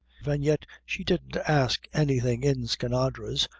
an' yet she didn't ask anything in skinadre's,